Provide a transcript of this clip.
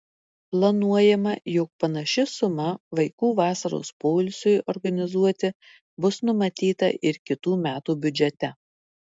planuojama jog panaši suma vaikų vasaros poilsiui organizuoti bus numatyta ir kitų metų biudžete